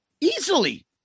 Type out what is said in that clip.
easily